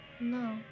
No